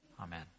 Amen